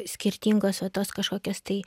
skirtingos va tos kažkokios tai